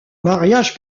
mariage